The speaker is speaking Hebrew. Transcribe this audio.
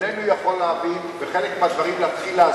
כמה מדינות באירופה ובארצות-הברית היו רוצות בירידת מדד האבטלה?